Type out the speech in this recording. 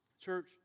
Church